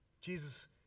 Jesus